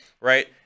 right